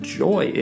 joy